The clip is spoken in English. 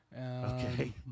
Okay